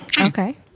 okay